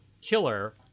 killer